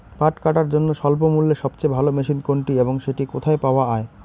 পাট কাটার জন্য স্বল্পমূল্যে সবচেয়ে ভালো মেশিন কোনটি এবং সেটি কোথায় পাওয়া য়ায়?